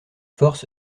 force